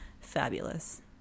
Fabulous